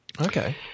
Okay